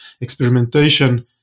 experimentation